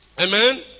Amen